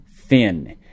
thin